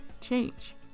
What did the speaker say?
change